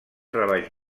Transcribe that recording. treballs